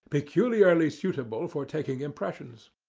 peculiarly suitable for taking impressions.